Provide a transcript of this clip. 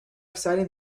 exciting